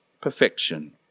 perfection